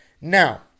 Now